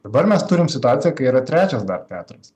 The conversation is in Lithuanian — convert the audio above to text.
dabar mes turim situaciją kai yra trečias dar teatras